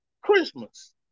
Christmas